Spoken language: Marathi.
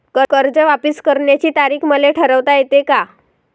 कर्ज वापिस करण्याची तारीख मले ठरवता येते का?